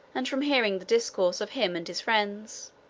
and from hearing the discourses of him and his friends